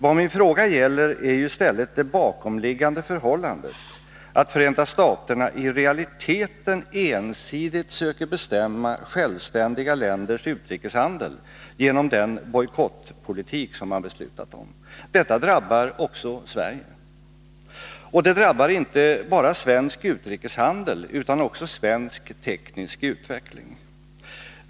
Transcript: Vad min fråga gäller är i stället det bakomliggande förhållandet, att Förenta staterna i realiteten ensidigt söker bestämma självständiga länders utrikeshandel genom den bojkottpolitik som man beslutat om. Detta drabbar också Sverige. Och det drabbar inte endast svensk utrikeshandel, utan också svensk teknisk utveckling.